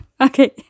Okay